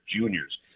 juniors